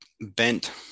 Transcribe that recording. bent